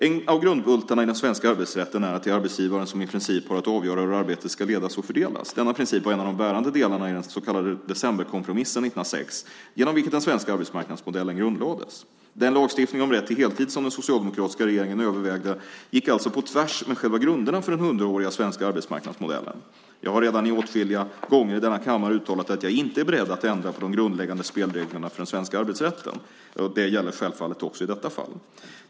En av grundbultarna i den svenska arbetsrätten är att det är arbetsgivaren som i princip har att avgöra hur arbetet ska ledas och fördelas. Denna princip var en av de bärande delarna i den så kallade decemberkompromissen 1906, genom vilken den svenska arbetsmarknadsmodellen grundlades. Den lagstiftning om rätt till heltid som den socialdemokratiska regeringen övervägde gick alltså på tvärs med själva grunderna för den hundraåriga svenska arbetsmarknadsmodellen. Jag har redan åtskilliga gånger i denna kammare uttalat att jag inte är beredd att ändra på de grundläggande spelreglerna för den svenska arbetsrätten. Det gäller självfallet också i detta fall.